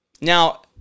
Now